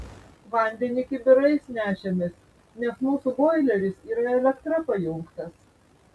vandenį kibirais nešėmės nes mūsų boileris yra elektra pajungtas